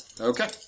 Okay